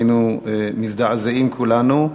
היינו מזדעזעים כולנו.